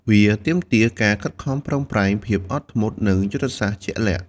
វាទាមទារការខិតខំប្រឹងប្រែង ភាពអត់ធ្មត់ និងយុទ្ធសាស្ត្រជាក់លាក់។